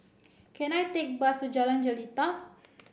can I take bus Jalan Jelita